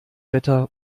wetter